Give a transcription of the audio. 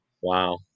Wow